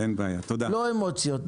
לא אמוציות.